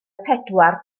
pedwar